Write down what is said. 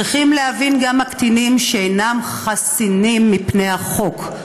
גם הקטינים צריכים להבין שהם אינם חסינים מפני החוק.